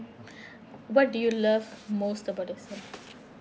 what do you love most about yourself